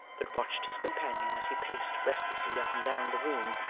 but watched his companion as he paced restlessly up and down the room,